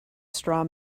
straw